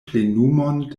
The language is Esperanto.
plenumon